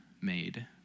made